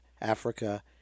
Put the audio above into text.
Africa